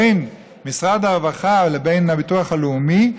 בין משרד הרווחה לבין הביטוח הלאומי,